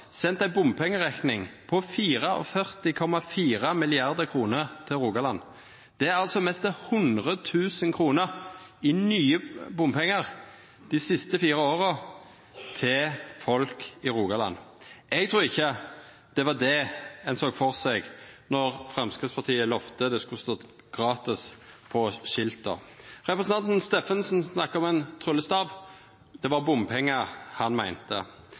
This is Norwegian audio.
sendt ei bompengerekning på 44,4 mrd. kr til Rogaland. Det er nesten 100 000 kr i nye bompengar dei siste fire åra til folk i Rogaland. Eg trur ikkje det var det ein såg for seg då Framstegspartiet lovde det skulle stå gratis på skilta. Representanten Steffensen snakka om ein tryllestav. Det var bompengar han meinte.